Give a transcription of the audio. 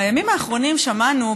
בימים האחרונים שמענו,